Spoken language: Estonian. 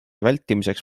vältimiseks